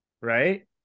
right